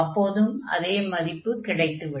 அப்போதும் அதே மதிப்பு கிடைத்துவிடும்